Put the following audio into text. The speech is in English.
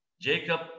Jacob